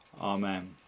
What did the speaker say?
Amen